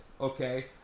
Okay